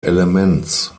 elements